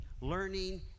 learning